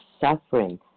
suffering